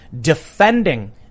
defending